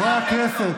למה הפרת קיזוז?